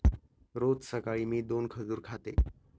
रोज सकाळी मी दोन खजूर खाते